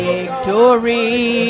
Victory